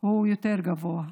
הוא יותר גבוה.